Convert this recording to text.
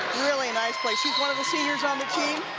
really nice play she's one of the seniors on the team.